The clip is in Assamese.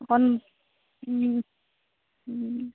অকণ